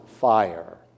fire